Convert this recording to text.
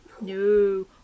No